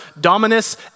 dominus